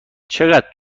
چقدر